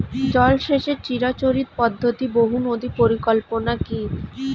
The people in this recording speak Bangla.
জল সেচের চিরাচরিত পদ্ধতি বহু নদী পরিকল্পনা কি?